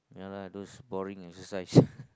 yeah lah those boring exercise